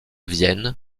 vienne